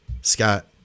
Scott